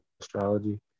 astrology